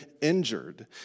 injured